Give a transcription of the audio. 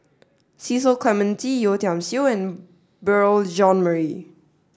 Cecil Clementi Yeo Tiam Siew and Beurel Jean Marie